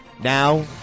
Now